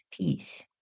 peace